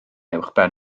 uwchben